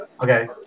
Okay